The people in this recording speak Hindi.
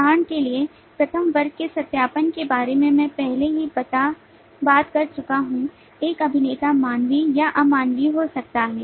उदाहरण के लिए प्रथम वर्ग के सत्यापन के बारे में मैं पहले ही बात कर चुका हूं एक अभिनेता मानवीय या अमानवीय हो सकता है